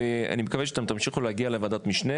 ואני מקווה שאתם תמשיכו להגיע לוועדת משנה